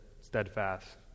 steadfast